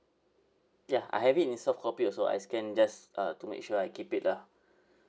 ya I have it in soft copy also I scan just uh to make sure I keep it lah